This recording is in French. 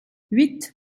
huit